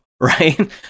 right